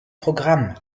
programm